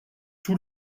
tout